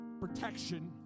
protection